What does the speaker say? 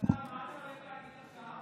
אלעזר, מה אתה הולך להגיד עכשיו?